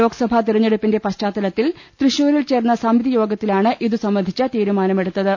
ലോക്സഭാ തിരഞ്ഞെടുപ്പിന്റെ പശ്ചാത്തലത്തിൽ തൃശൂ രിൽ ചേർന്ന് സമിതി യോഗത്തിലാണ് ഇതുസംബന്ധിച്ച തീരുമാന മെടുത്തത്